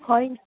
होइन